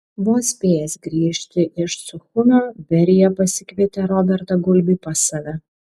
vos spėjęs grįžti iš suchumio berija pasikvietė robertą gulbį pas save